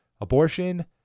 Abortion